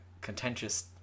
contentious